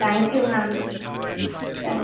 thank you ma'am thanks